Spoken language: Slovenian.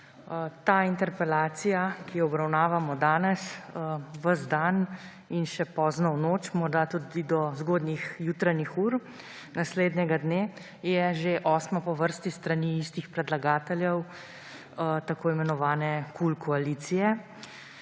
Interpelacija, ki jo obravnavamo danes ves dan in še pozno v noč, morda tudi do zgodnjih jutranjih ur naslednjega dne, je že osma po vrsti s strani istih predlagateljev, tako imenovane koalicije